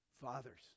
Fathers